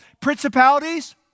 principalities